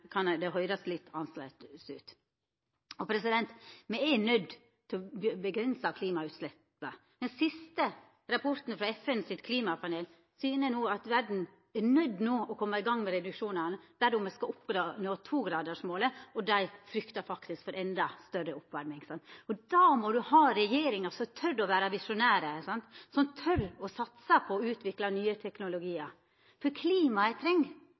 kan høyrast litt annleis ut. Me er nøydde til å avgrensa klimautsleppa. Den siste rapporten frå FNs klimapanel syner at verda no er nøydd å koma i gong med reduksjonane dersom me skal oppnå togradarsmålet, og dei frykter faktisk for endå større oppvarming. Då må ein ha regjeringar som tør å vera visjonære, som tør å satsa på å utvikla nye teknologiar. Klimaet treng